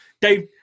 Dave